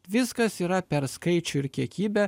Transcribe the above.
viskas yra per skaičių ir kiekybę